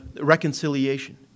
reconciliation